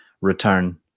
return